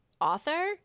author